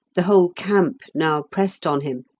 the whole camp now pressed on him,